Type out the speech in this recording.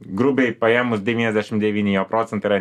grubiai paėmus devyniasdešim devyni jo procentai yra